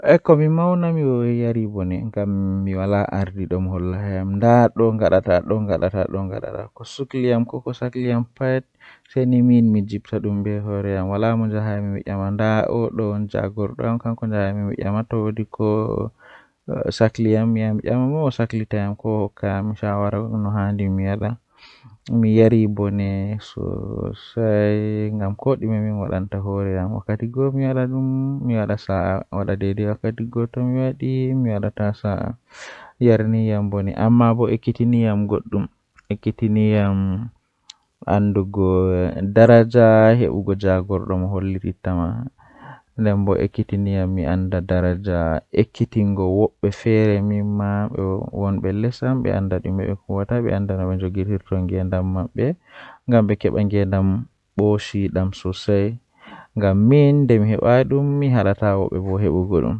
Ko ɓuri Jalnuki haa rayuwa am kannjum woni wakkati ɓoosaaru sakitii am Nde mi waɗi ɗum, mi ngoni jooɗi e hoore sabu miɗo ɗum faama. O waɗi miɗo waawi hokka caɗeele kadi mi wi'ude goɗɗum ngal.